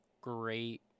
great